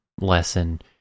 lesson